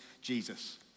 Jesus